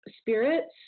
spirits